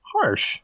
harsh